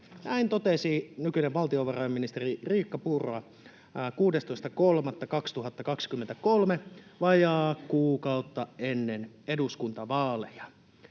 Näin totesi nykyinen valtiovarainministeri Riikka Purra 16.3.2023 vajaa kuukausi ennen eduskuntavaaleja,